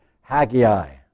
Haggai